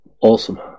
awesome